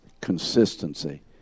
consistency